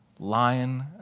Lion